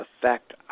affect